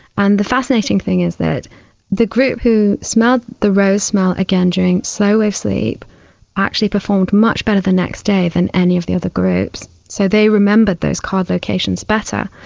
and the fascinating thing is that the group who smelled the rose smell again during slow wave sleep actually performed much better the next day than any of the other groups. so they remembered those card locations better.